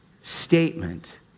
statement